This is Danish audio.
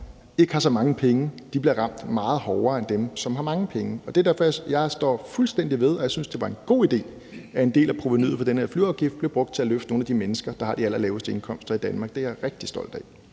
ikke har så mange penge, bliver ramt meget hårdere end dem, som har mange penge. Jeg står fuldstændig ved, og jeg synes, det var en god idé, at en del af provenuet fra den her flyafgift bliver brugt til at løfte nogle af de mennesker, der har de allerlaveste indkomster i Danmark. Det er jeg rigtig stolt af.